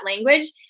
language